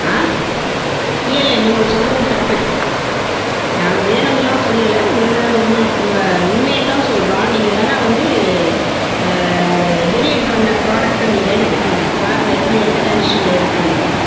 ஆ இல்லை இல்லை நீங்கள் சொல்கிறது தப்பு நாங்கள் வேணும்னுலாம் சொல்லலை உள்ள ம் ஆ உண்மையைத்தான் சொல்கிறோம் நீங்கள் வேணா வந்து அந்த டெலிவரி பண்ண ப்ராடக்ட்டை நீங்கள் எடுத்துக்கொங்க பாருங்கள் எப்படி எந்த கண்டிஷன்ல இருக்குதுன்னு